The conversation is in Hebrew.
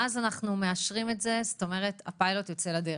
ואז אנחנו מאשרים את זה, הפיילוט יוצא לדרך.